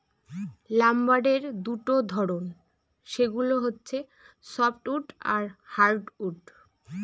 লাম্বারের দুটা ধরন, সেগুলো হচ্ছে সফ্টউড আর হার্ডউড